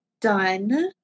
done